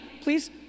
please